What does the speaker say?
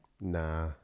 Nah